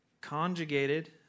conjugated